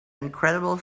incredible